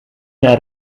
naar